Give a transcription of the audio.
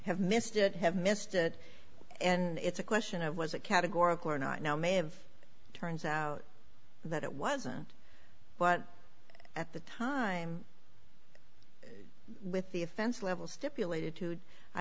have missed it have missed it and it's a question of was a categorical or not no may have turns out that it wasn't but at the time with the offense level stipulated